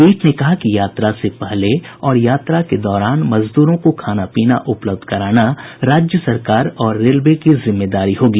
पीठ ने कहा कि यात्रा से पहले और यात्रा के दौरान मजदूरों को खाना पीना उपलब्ध कराना राज्य सरकार और रेलवे की जिम्मेदारी होगी